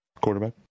quarterback